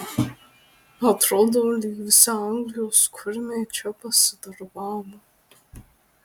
atrodo lyg visi anglijos kurmiai čia pasidarbavo